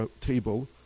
table